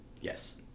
Yes